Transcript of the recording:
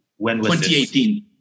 2018